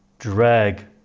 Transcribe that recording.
drag,